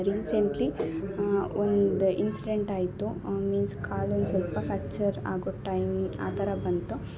recently ಒಂದು incident ಆಯಿತು means ಕಾಲಲ್ಲಿ ಸ್ವಲ್ಪ ಫ್ರ್ಯಾಕ್ಚರ್ ಆಗೋ ಟೈಮ್ ಆ ಥರ ಬಂತು